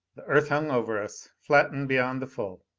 the earth hung over us, flattened beyond the full.